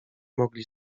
mogli